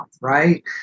right